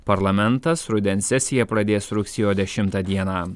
parlamentas rudens sesiją pradės rugsėjo dešimtą dieną